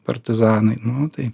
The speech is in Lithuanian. partizanai nu tai